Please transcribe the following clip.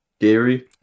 Gary